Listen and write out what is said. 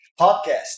podcast